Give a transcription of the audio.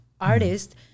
artist